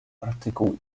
artykuł